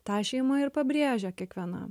tą šeima ir pabrėžia kiekviena